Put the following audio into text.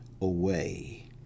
away